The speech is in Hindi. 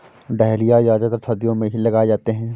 डहलिया ज्यादातर सर्दियो मे ही लगाये जाते है